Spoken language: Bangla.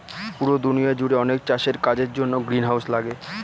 পুরো দুনিয়া জুড়ে অনেক চাষের কাজের জন্য গ্রিনহাউস লাগে